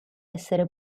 essere